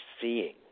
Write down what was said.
seeing